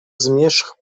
zmierzch